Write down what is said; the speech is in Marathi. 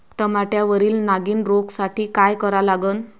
टमाट्यावरील नागीण रोगसाठी काय करा लागन?